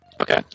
Okay